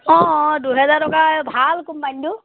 অঁ অঁ দুহেজাৰ টকা এই ভাল কোম্পানীটো